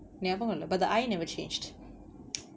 ஞாபகம் இல்ல:nabagam illa but the I never changed